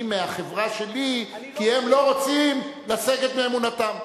מהחברה שלי כי הם לא רוצים לסגת מאמונתם.